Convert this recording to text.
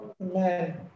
Amen